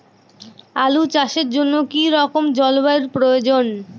আলু চাষের জন্য কি রকম জলবায়ুর প্রয়োজন?